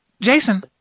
Jason